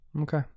Okay